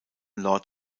lord